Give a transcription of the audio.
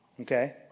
Okay